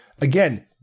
Again